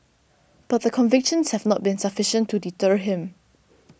but the convictions have not been sufficient to deter him